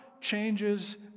changes